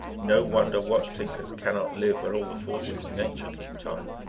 no wonder watch-tinkers can not live where all the forces in nature keep time.